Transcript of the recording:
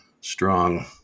strong